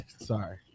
sorry